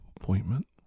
appointment